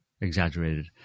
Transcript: exaggerated